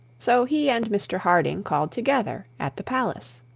so he and mr harding called together at the palace.